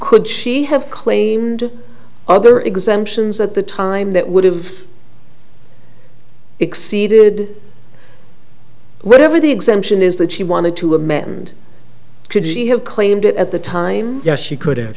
could she have claimed other exemptions at the time that would have exceeded whatever the exemption is that she wanted to amend could she have claimed it at the time yes she could